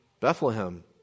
Bethlehem